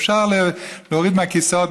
אפשר להוריד מהכיסאות,